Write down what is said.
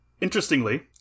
Interestingly